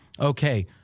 okay